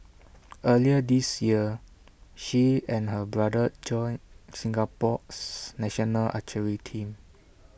earlier this year she and her brother joined Singapore's national archery team